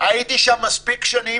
הייתי שם מספיק שנים